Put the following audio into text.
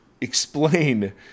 explain